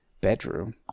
bedroom